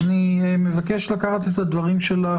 אני מבקש לקחת את הדברים שלך,